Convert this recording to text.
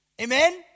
Amen